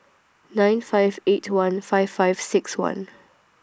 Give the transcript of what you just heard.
nine five eight one five five six one